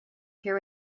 here